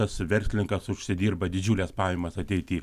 tas verslininkas užsidirba didžiules pajamas ateity